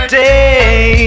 day